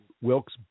Wilkes